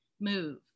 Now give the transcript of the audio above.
move